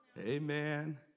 Amen